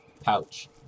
pouch